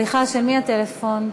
סליחה, של מי הפלאפון?